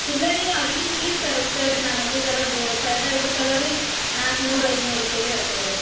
ಇಲ್ಲ ರೀ ಅಲ್ಲಿಂದ ಇಲ್ಲಿಗೆ ತರಿಸ್ತೇವ್ರಿ ನಮಗೆ ಭೀ ಜರ ಫಾಯ್ದ ಇರಬೇಕಲ್ಲ ರೀ ನಾಲ್ಕ್ನೂರು ಐದ್ನೂರು ರೂಪಾಯಿಗೆ ಇರ್ತವ್ರೀ ಅವು